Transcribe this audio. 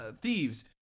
thieves